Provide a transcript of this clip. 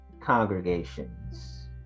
congregations